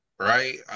Right